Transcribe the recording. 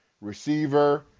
receiver